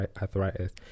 arthritis